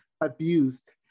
abused